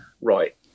Right